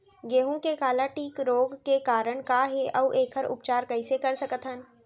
गेहूँ के काला टिक रोग के कारण का हे अऊ एखर उपचार कइसे कर सकत हन?